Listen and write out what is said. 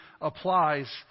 applies